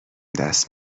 دست